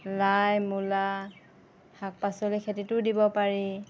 লাই মূলা শাক পাচলি খেতিতো দিব পাৰি